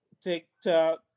TikTok